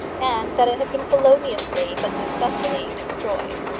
and that it had been feloniously but successfully destroyed.